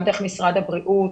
גם דרך משרד הבריאות,